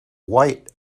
white